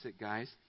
guys